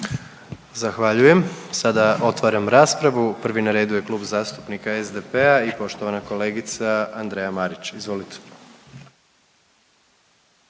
Zahvaljujem. Sada otvaram raspravu. Prvi na redu je Klub zastupnika SDP-a i poštovana kolegica Andreja Marić. Izvolite.